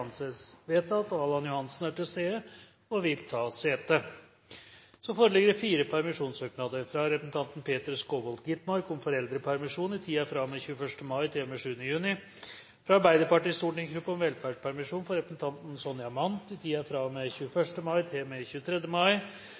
anses vedtatt. Allan Johansen er til stede og vil ta sete. Det foreligger fire permisjonssøknader: fra representanten Peter Skovholt Gitmark om foreldrepermisjon i tiden fra og med 21. mai til og med 7. juni fra Arbeiderpartiets stortingsgruppe om velferdspermisjon for representanten Sonja Mandt i tiden fra og med 21. mai til og med 23. mai